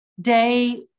day